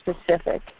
specific